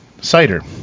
cider